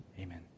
Amen